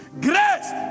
Grace